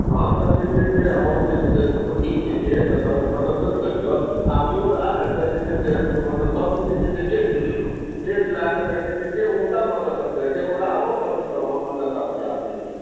अहाँ सब जे छै से अपन जे छै से अथी जे छै तकर प्रदर्शन करिऔ आबिऔ आ एतऽ जे छै से अपने सभकेँ जे छै से टेस्ट लिऔ टेस्ट लए कऽ देखै छियै जे उम्दा प्रदर्शन करै छै ओकरा आबऽ पड़तै आगाँ प्रयासके लिए